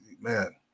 man